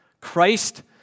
Christ